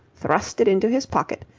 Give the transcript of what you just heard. thrust it into his pocket,